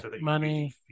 money